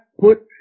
put